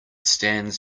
stands